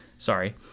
Sorry